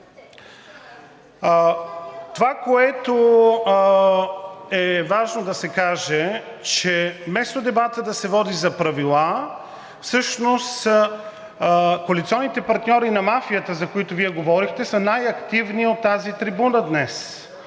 Това, което е важно да се каже, е, че вместо дебатът да се води за правила, всъщност коалиционните партньори на мафията, за които Вие говорихте, са най-активни от тази трибуна днес